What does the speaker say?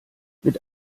mit